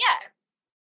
yes